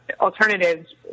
alternatives